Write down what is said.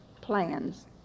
plans